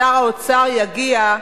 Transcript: שר האוצר יגיע,